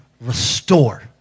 restore